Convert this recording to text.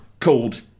called